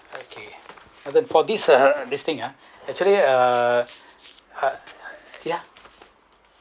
okay and then for this uh this thing ah actually ah ha ya